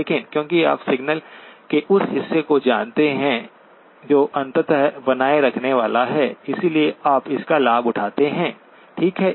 लेकिन क्योंकि आप सिग्नलके उस हिस्से को जानते हैं जो अंततः बनाए रखने वाला है इसलिए आप इसका लाभ उठाते हैं ठीक है